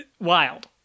Wild